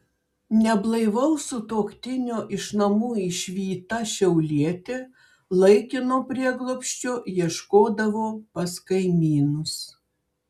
neblaivaus sutuoktinio iš namų išvyta šiaulietė laikino prieglobsčio ieškodavo pas kaimynus